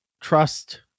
trust